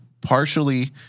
partially